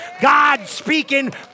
God-speaking